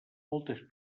moltes